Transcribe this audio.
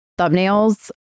thumbnails